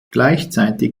gleichzeitig